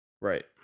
Right